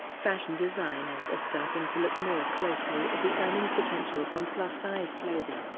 fashion designers are starting to look more closely at the earning potential from plus-size clothing,